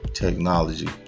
technology